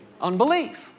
Unbelief